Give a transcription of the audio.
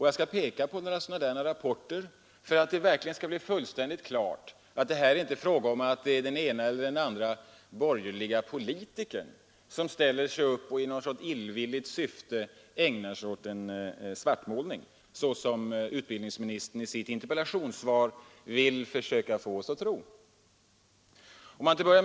Jag skall peka på ett antal sådana rapporter och göra det för att det verkligen skall stå klart att det inte är den ena eller den andra borgerliga politikern, som i någon sorts illvilligt syfte ägnar sig åt en svartmålning såsom utbildningsministern i sitt interpellationssvar vill försöka få oss att tro.